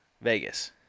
Vegas